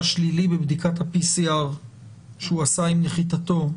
שלילי בבדיקת ה-PCR שהוא עשה עם נחיתתו,